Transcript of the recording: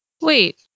Wait